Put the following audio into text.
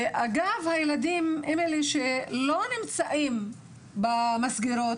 ואגב, הילדים הם אלה שלא נמצאים במסגרות,